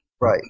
Right